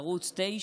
ערוץ 9